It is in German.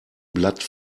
blatt